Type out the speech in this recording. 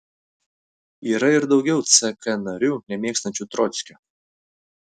yra ir daugiau ck narių nemėgstančių trockio